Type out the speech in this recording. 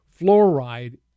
Fluoride